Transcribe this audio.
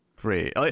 great